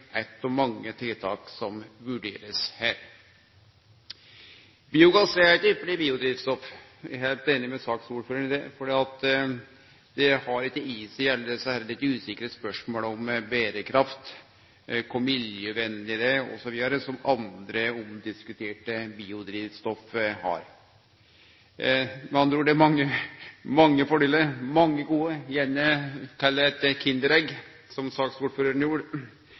mange tiltak som skal vurderast der. Biogass er eit ypparleg biodrivstoff – eg er heilt einig med saksordføraren i det – fordi det ikkje har i seg alle desse litt usikre spørsmåla om berekraft, kor miljøvennleg det er osv., som andre omdiskuterte biodrivstoff har. Med andre ord, det er mange fordelar og mange gode – kall det gjerne – «kinderegg», som